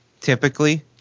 typically